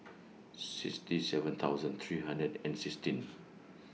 sixty seven thousand three hundred and sixteen